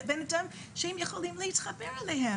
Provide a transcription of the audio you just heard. בן אדם שהם יכולים להתחבר אליו.